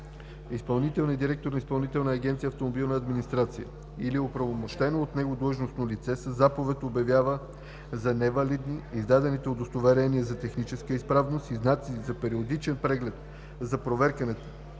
Изпълнителният директор на Изпълнителна агенция „Автомобилна администрация“ или оправомощено от него длъжностно лице със заповед обявява за невалидни издадените удостоверения за техническа изправност и знаци за периодичен преглед за проверка на